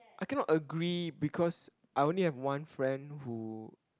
I cannot agree because I only have one friend who